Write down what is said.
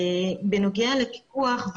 בנוגע לפיקוח,